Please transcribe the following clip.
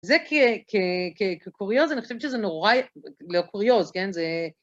זה כקריאוז, אני חושבת שזה נורא... לקריאוז, כן? זה...